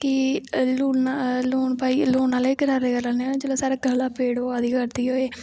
कि लून आह्ले गरारे करी लैने होन्ने जिसलै साढ़े गलै पीड़ होआ करदी होऐ